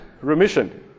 remission